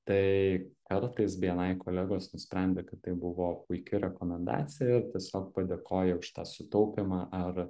tai kartais bni kolegos nusprendė kad tai buvo puiki rekomendacija ir tiesiog padėkoja už tą sutaupymą ar